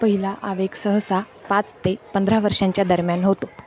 पहिला आवेग सहसा पाच ते पंधरा वर्षांच्या दरम्यान होतो